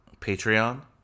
patreon